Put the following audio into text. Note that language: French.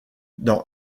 dans